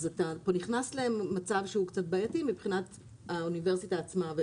אז אתה פה נכנס למצב שהוא קצת בעייתי מבחינת האוניברסיטה עצמה.